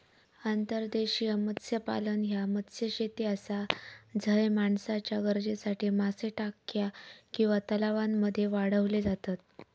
अंतर्देशीय मत्स्यपालन ह्या मत्स्यशेती आसा झय माणसाच्या गरजेसाठी मासे टाक्या किंवा तलावांमध्ये वाढवले जातत